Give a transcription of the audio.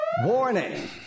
Warning